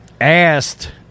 asked